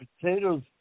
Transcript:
potatoes